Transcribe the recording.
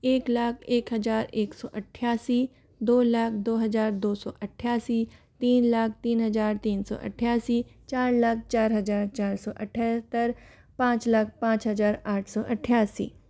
एक लाख एक हज़ार एक सौ अट्ठासी दो लाख दो हज़ार दो सौ अट्ठासी तीन लाख तीन हज़ार तीन सौ अट्ठासी चार लाख चार हज़ार चार सौ अट्ठत्तर पाँच लाख पाँच हज़ार आठ सौ अट्ठासी